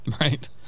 Right